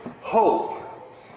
hope